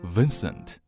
Vincent